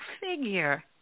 figure